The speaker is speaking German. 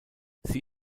sie